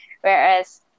whereas